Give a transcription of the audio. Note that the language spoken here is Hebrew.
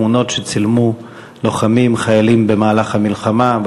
תמונות שצילמו לוחמים-חיילים במהלך המלחמה,